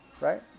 right